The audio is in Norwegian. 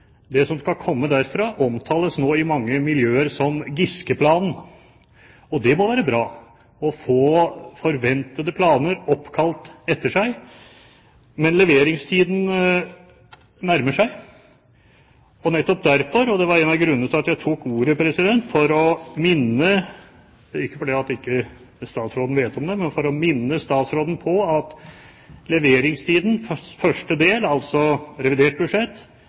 Det som skal komme derfra, omtales nå i mange miljøer som Giske-planen. Det må være bra å få forventede planer oppkalt etter seg. Men leveringstiden nærmer seg, og en av grunnene til at jeg tok ordet var for å minne statsråden på – ikke for det at ikke statsråden vet om det – at leveringstidens første del, altså revidert budsjett,